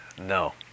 no